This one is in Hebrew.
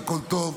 הכול טוב,